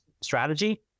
strategy